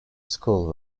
school